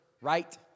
right